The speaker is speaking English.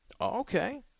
okay